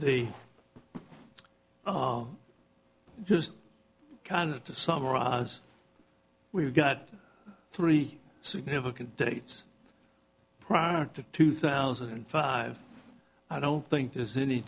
the just kind of to summarize we've got three significant dates prior to two thousand and five i don't think there's any